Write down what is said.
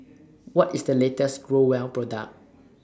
What IS The latest Growell Product